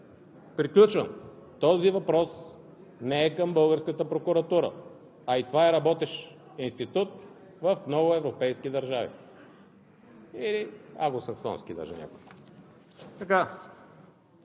Приключвам. Този въпрос не е към българската прокуратура, а и това е работещ институт в много европейски и англосаксонски държави.